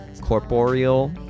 Corporeal